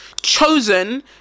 chosen